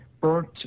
burnt